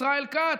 ישראל כץ,